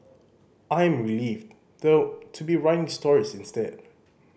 I am relieved though to be writing stories instead